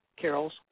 carols